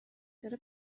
داره